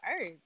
earth